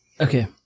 okay